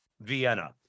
Vienna